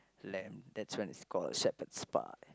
lamb that's when it's called Shepherd's pie